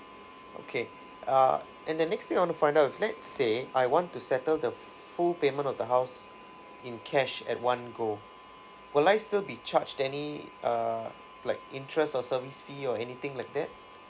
okay uh and the next thing I want to find out let's say I want to settle the full payment of the house in cash at one go will I still be charged any uh like interest or service fee or anything like that